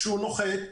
כשהוא נוחת,